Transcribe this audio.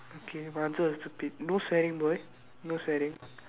okay must answer the stupid no swearing word no swearing